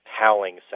howling